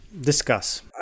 discuss